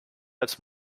als